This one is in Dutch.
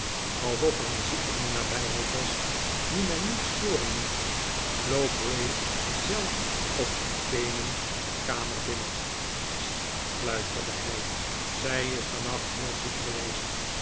alsof er een zieke r de vader van de bruid aarzelt in de nabijheid was dien men niet storen moest sloop bray zelf op de teenen de kamer binnen sst fluisterde hij zij is vannacht heel ziek geweest